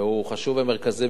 והוא חשוב ומרכזי,